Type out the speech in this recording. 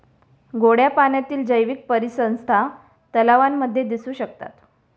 गोड्या पाण्यातील जैवीक परिसंस्था तलावांमध्ये दिसू शकतात